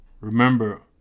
Remember